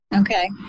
Okay